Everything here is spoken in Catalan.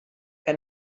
que